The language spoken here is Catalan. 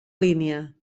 línia